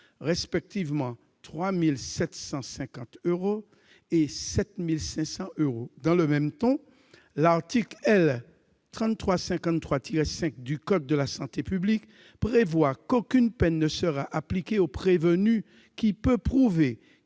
respectivement 3 750 euros et 7 500 euros. De la même façon, l'article L. 3353-5 du code de la santé publique prévoit qu'aucune peine ne sera appliquée au prévenu qui peut prouver